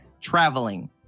Traveling